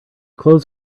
clothes